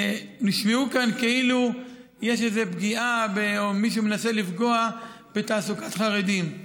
נשמע כאן כאילו יש איזו פגיעה או שמישהו מנסה לפגוע בתעסוקת חרדים.